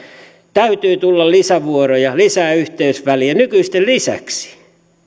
täytyy tulla lisävuoroja lisää yhteysvälejä nykyisten lisäksi